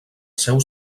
seu